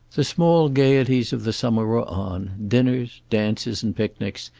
the small gaieties of the summer were on, dinners, dances and picnics,